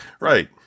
Right